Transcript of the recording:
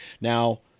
now